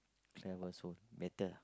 clever so better